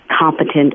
competent